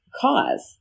cause